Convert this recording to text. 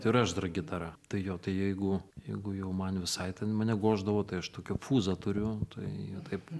tai ir aš dar gitara tai jo tai jeigu jeigu jau man visai ten mane goždavo tai aš tokį fuzą turiu tai taip